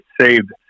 saved